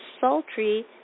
sultry